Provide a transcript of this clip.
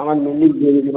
আমার মেনলি